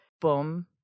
boom